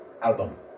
album